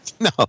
No